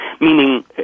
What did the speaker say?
meaning